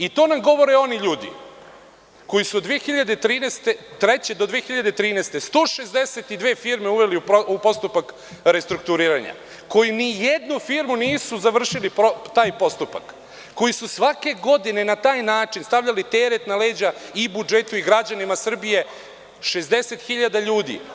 I to nam govore oni ljudi koji su od 2003. do 2013. godine 162 firme uveli u postupak restrukturiranja, koji ni u jednoj firmi nisu završili taj postupak, koji su svake godine na taj način stavljali teret na leđa i budžetu i građanima Srbije, 60 hiljada ljudi.